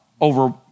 Over